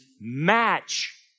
match